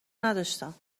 نداشتم